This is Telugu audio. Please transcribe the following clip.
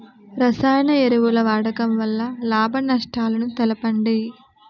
రసాయన ఎరువుల వాడకం వల్ల లాభ నష్టాలను తెలపండి?